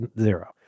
zero